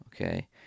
Okay